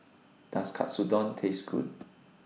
Does Katsudon Taste Good